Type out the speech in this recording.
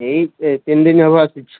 ଏଇ ତିନି ଦିନ ହେବ ଆସିଛି